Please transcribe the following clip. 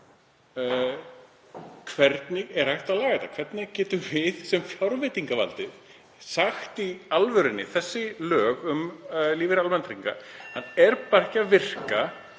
Hvernig er hægt að laga þetta? Hvernig getum við sem fjárveitingavald sagt í alvörunni að þessi lög um lífeyri almannatrygginga séu ekki að virka